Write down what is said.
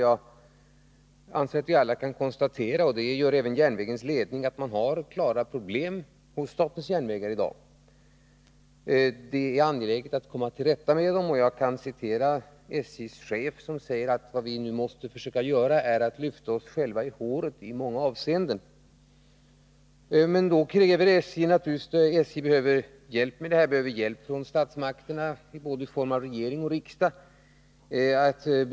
Jag anser att vi alla kan konstatera — det gör även SJ:s ledning — att statens järnvägar i dag har klara problem, Det är angeläget att vi kommer till rätta med dem, och jag kan återge följande uttalande från SJ:s chef: Vad vi nu måste försöka göra är att i många avseenden lyfta oss själva i håret. SJ behöver naturligtvis hjälp med detta från statsmakterna, från både regering och riksdag.